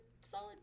solid